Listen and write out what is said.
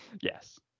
Yes